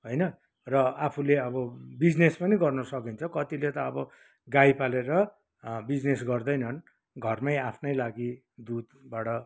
होइन र आफूले अब बिजनेस पनि गर्नुसकिन्छ कतिले त अब गाई पालेर बिजनेस गर्दैनन् घरमै आफ्नै लागि दुधबाट